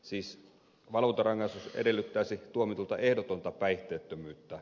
siis valvontarangaistus edellyttäisi tuomitulta ehdotonta päihteettömyyttä